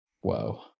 Whoa